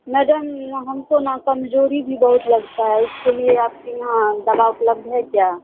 madam ہم کو نہ کمزوری بھی بہت لگتا ہے اس کے لیے آپ کے یہاں دوا اپلبدھ ہے کیا